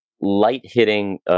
light-hitting